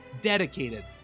dedicated